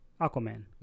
Aquaman